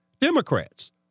Democrats